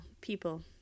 people